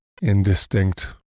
indistinct